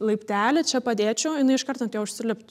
laiptelį čia padėčiau jinai iškart ant jo užsiliptų